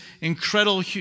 incredible